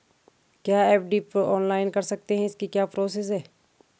क्या FD online कर सकते हैं इसकी क्या प्रोसेस है?